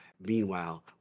meanwhile